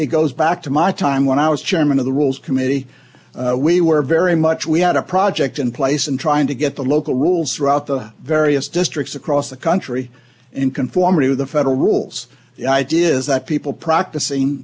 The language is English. it goes back to my time when i was chairman of the rules committee we were very much we had a project in place and trying to get the local rules throughout the various districts across the country in conformity with the federal rules the idea is that people practicing